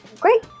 Great